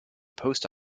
post